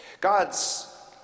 God's